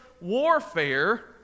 warfare